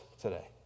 today